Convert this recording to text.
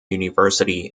university